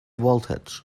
voltage